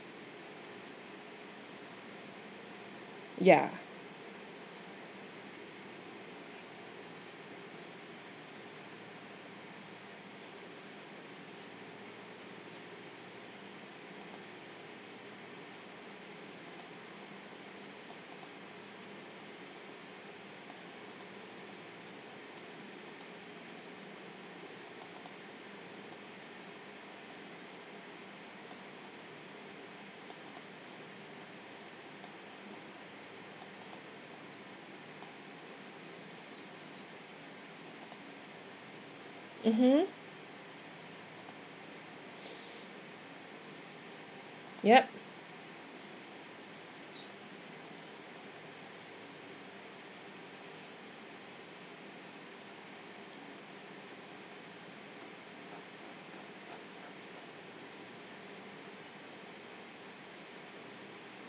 ya mmhmm yup